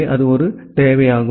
எனவே அது ஒரு தேவை